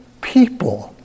people